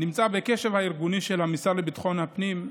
נמצאת בקשב הארגוני של המשרד לביטחון הפנים.